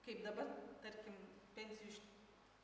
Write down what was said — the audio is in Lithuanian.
kaip dabar tarkim pensijų iš